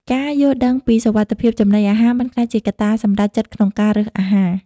ការយល់ដឹងពីសុវត្ថិភាពចំណីអាហារបានក្លាយជាកត្តាសម្រេចចិត្តក្នុងការរើសអាហារ។